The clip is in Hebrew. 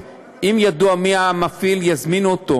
ידוע מי המפעיל, יזמינו אותו